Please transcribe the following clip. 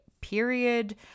period